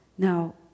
Now